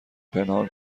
پنهان